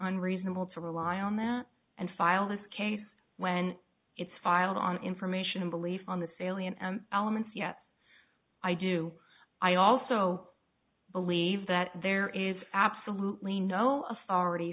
unreasonable to rely on that and file this case when it's filed on information and belief on the salient elements yet i do i also believe that there is absolutely no authority